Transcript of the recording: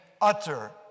utter